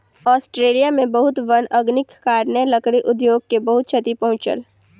Australia में बहुत वन अग्निक कारणेँ, लकड़ी उद्योग के बहुत क्षति पहुँचल